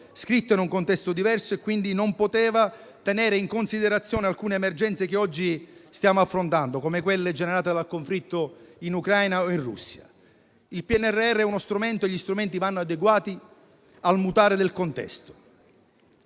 scritto in un contesto diverso, quindi non poteva tenere in considerazione alcune emergenze che oggi stiamo affrontando, come quelle generate dal conflitto russo-ucraino. Il PNRR è uno strumento e gli strumenti vanno adeguati al mutare del contesto.